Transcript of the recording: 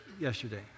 yesterday